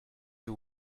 you